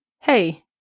Hey